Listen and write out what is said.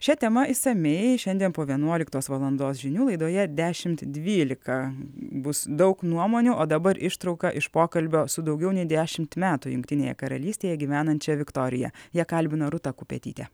šia tema išsamiai šiandien po vienuoliktos valandos žinių laidoje dešimt dvylika bus daug nuomonių o dabar ištrauka iš pokalbio su daugiau nei dešimt metų jungtinėje karalystėje gyvenančia viktorija ją kalbino rūta kupetytė